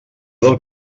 del